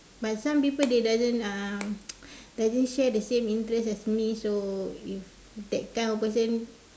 but some people they doesn't uh doesn't share the same interest as me so if that kind of person